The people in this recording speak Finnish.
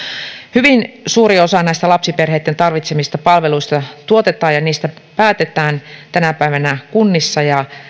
hyvin suuri osa näistä lapsiperheitten tarvitsemista palveluista tuotetaan ja niistä päätetään tänä päivänä kunnissa